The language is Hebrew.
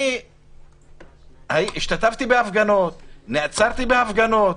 אני השתתפתי בהפגנות, נעצרתי בהפגנות,